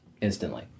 instantly